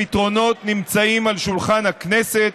הפתרונות נמצאים על שולחן הכנסת,